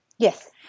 Yes